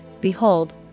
Behold